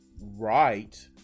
right